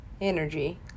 energy